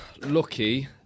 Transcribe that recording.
lucky